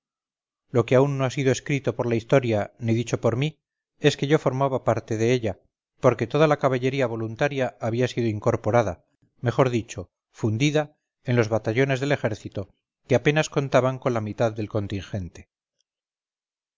lo que aún no ha sido escrito por la historia ni dicho por mí es que yo formaba parte de ella porque toda la caballería voluntaria había sido incorporada mejor dicho fundidaen los batallones del ejército que apenas contaban con la mitad del contingente